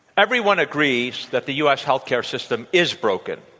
everyone agrees that the us healthcare system is broken.